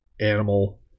animal